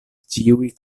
ĉiuj